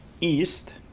East